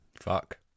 Fuck